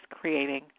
creating